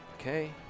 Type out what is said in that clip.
Okay